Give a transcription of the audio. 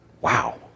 Wow